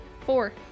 Four